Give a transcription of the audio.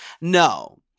No